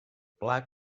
pla